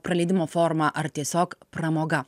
praleidimo forma ar tiesiog pramoga